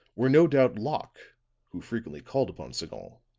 were no doubt locke who frequently called upon sagon,